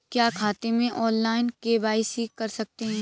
क्या खाते में ऑनलाइन के.वाई.सी कर सकते हैं?